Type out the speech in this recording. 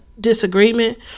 disagreement